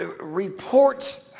reports